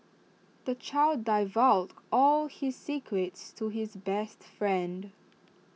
the child divulged all his secrets to his best friend